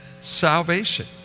salvation